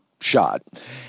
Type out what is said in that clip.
shot